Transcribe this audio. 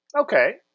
Okay